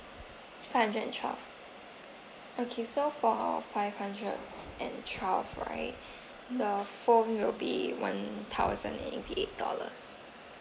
five hundred and twelve okay so for five hundred and twelve right the phone will be one thousand and eighty eight dollars